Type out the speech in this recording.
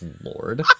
Lord